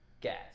gas